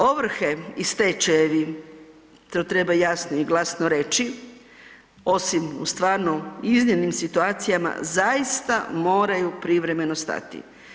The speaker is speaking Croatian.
Ovrhe i stečajevi, to treba jasno i glasno reći, osim u stvarno iznimnim situacijama zaista moraju privremeno stati.